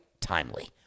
timely